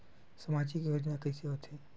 सामजिक योजना कइसे होथे?